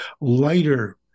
lighter